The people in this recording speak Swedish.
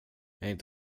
jag